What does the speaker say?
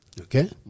Okay